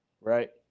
right